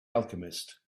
alchemist